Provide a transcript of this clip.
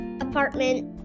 apartment